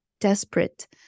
desperate